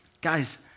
Guys